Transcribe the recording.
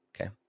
Okay